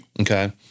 Okay